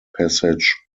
passage